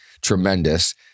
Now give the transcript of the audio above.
tremendous